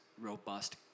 robust